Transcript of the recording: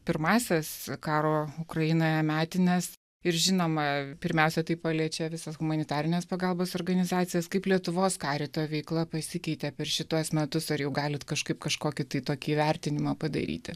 pirmąsias karo ukrainoje metines ir žinoma pirmiausia tai paliečia visas humanitarines pagalbos organizacijas kaip lietuvos karito veikla pasikeitė per šituos metus ar jau galit kažkaip kažkokį tokį vertinimą padaryti